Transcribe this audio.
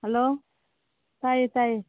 hello ꯇꯥꯏꯌꯦ ꯇꯥꯏꯌꯦ